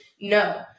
No